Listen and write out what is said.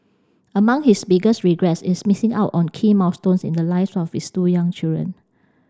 among his biggest regrets is missing out on key milestones in the lives of his two young children